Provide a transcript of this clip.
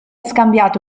scambiato